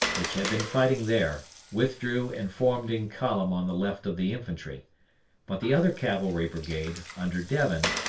which had been fighting there, withdrew and formed in column on the left of the infantry but the other cavalry brigade, under devin,